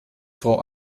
frau